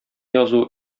язу